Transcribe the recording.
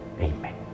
Amen